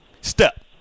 step